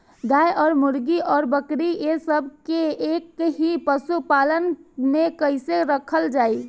गाय और मुर्गी और बकरी ये सब के एक ही पशुपालन में कइसे रखल जाई?